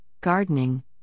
gardening